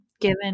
given